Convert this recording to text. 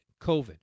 COVID